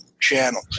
channel